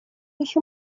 еще